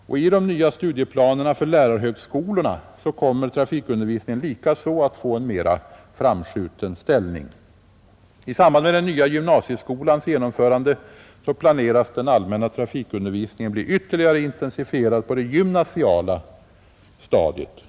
I de nya studieplanerna för lärarhögskolorna kommer trafikundervisningen likaså att få en mera framskjuten ställning. I samband med den nya gymnasieskolans genomförande planeras den allmänna trafikundervisningen bli ytterligare intensifierad på det gymnasiala stadiet.